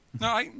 No